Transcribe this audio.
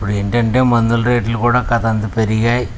ఇప్పుడు ఏంటంటే మందులు రేట్లు కూడా కాస్తంత పెరిగాయి